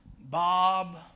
Bob